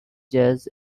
jazz